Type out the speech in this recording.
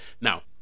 Now